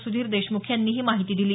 सुधीर देशमुख यांनी ही माहिती दिली